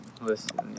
Listen